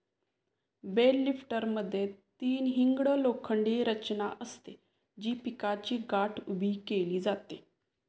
bell लिफ्टरमध्ये तीन hinged लोखंडी रचना असते, जी पिकाची गाठ उभी केली जाते